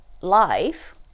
life